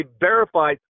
verified